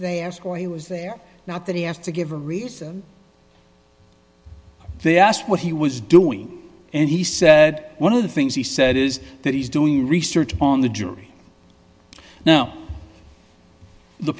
they asked why he was there not that he asked to give a reason they asked what he was doing and he said one of the things he said is that he's doing research on the jury now the